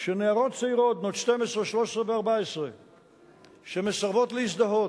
שנערות צעירות בנות 12, 13 ו-14 שמסרבות להזדהות,